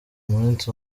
munsi